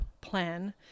plan